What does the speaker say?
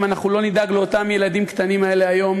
אם אנחנו לא נדאג לילדים הקטנים האלה היום